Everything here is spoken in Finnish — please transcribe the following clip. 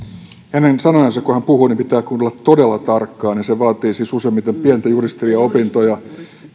hänen sanojansa kun hän puhuu pitää kuunnella todella tarkkaan niin se vaatii siis useimmiten pieniä juristeriaopintoja ne